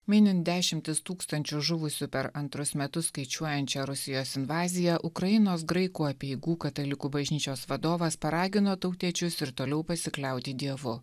minint dešimtis tūkstančių žuvusių per antrus metus skaičiuojančią rusijos invaziją ukrainos graikų apeigų katalikų bažnyčios vadovas paragino tautiečius ir toliau pasikliauti dievu